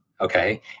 okay